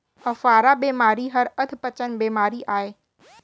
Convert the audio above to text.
अफारा बेमारी हर अधपचन बेमारी अय